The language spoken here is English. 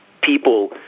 people